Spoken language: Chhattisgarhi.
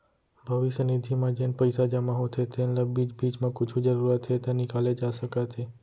भविस्य निधि म जेन पइसा जमा होथे तेन ल बीच बीच म कुछु जरूरत हे त निकाले जा सकत हे